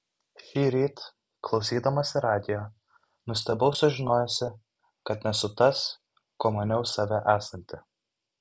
šįryt klausydamasi radijo nustebau sužinojusi kad nesu tas kuo maniau save esanti